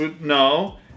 No